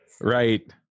Right